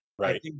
Right